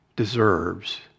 deserves